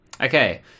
Okay